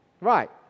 Right